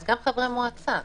אז גם חברי מועצה.